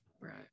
right